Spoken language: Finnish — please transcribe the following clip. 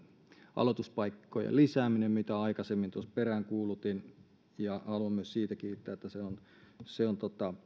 aloituspaikkojen lisääminen mitä aikaisemmin tuossa peräänkuulutin ja haluan myös siitä kiittää että se on se on